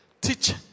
teach